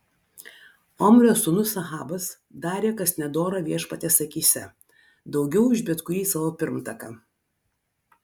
omrio sūnus ahabas darė kas nedora viešpaties akyse daugiau už bet kurį savo pirmtaką